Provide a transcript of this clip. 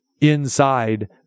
inside